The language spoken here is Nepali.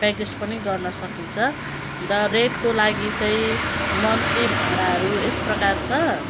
पेयिङ गेस्ट पनि गर्न सकिन्छ र रेन्टको लागि चाहिँ मन्थली भाडाहरू यस प्रकार छ